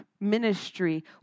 ministry